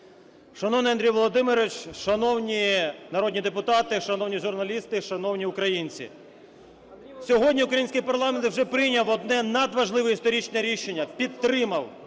Шановний Андрій Володимирович, шановні народні депутати, шановні журналісти, шановні українці! Сьогодні український парламент вже прийняв одне надважливе історичне рішення – підтримав